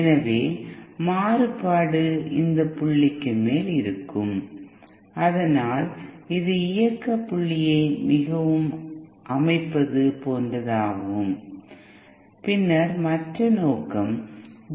எனவே மாறுபாடு இந்த புள்ளிக்கு மேலே இருக்கும் அதனால் அது இயக்க புள்ளியை மிகவும் அமைப்பது போன்றதாகும் பின்னர் மற்ற நோக்கம் டி